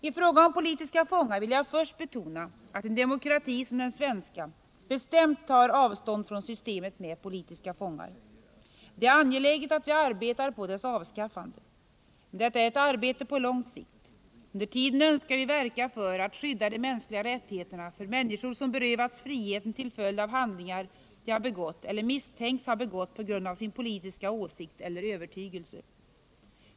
I fråga om politiska fångar vill jag först betona att en demokrati som den svenska bestämt tar avstånd från systemet med politiska fångar. Det är angeläget att vi arbetar på dess avskaffande. Men detta är ett arbete på lång sikt. Under tiden önskar vi verka för att skydda de mänskliga rättigheterna för människor som berövats friheten till följd av handlingar de har begått eller misstänks ha begått på grund av sin politiska åsikt eller övertygelse.